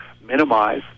minimize